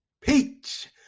peach